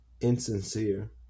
insincere